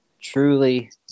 Truly